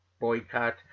boycott